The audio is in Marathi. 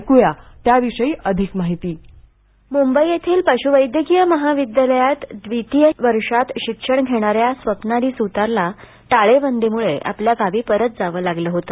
ऐक्या त्याविषयी अधिक माहिती मुंबई येथील पश्वेद्यकीय महाविद्यालयात दितीय वर्षात शिक्षण घेणाऱ्या स्वप्नाली सुतारला टाळेबंदीमुळे आपल्या गावी परत जावं लागलं होतं